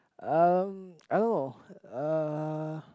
uh I don't know uh